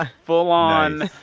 ah full-on